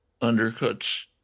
undercuts